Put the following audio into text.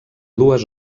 dues